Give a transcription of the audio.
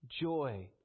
joy